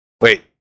Wait